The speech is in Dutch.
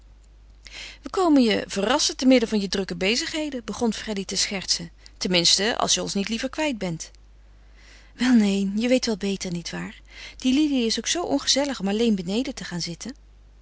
we komen je verrassen te midden van je drukke bezigheden begon freddy te schertsen ten minste als je ons niet liever kwijt bent wel neen je weet wel beter nietwaar die lili is ook zoo ongezellig om alleen beneden te gaan zitten